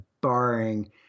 barring